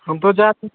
हम तो जाते